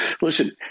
Listen